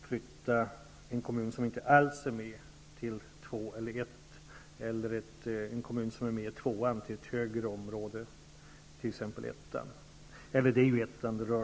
att flytta en kommun som står helt utanför till stödområde 2 eller 1, eller till att flytta en kommun som är med i stödområde 2 till ett högre stödområde.